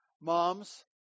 Moms